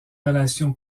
relation